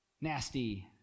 Nasty